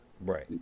Right